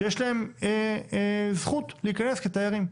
שיש להם זכות להיכנס כתיירים?